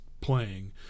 playing